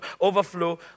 overflow